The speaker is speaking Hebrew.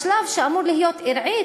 בשלב שאמור להיות ארעי,